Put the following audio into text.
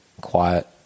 quiet